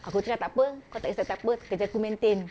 aku cakap tak apa kau tak kesah tak apa kerja aku maintain